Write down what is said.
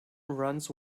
runs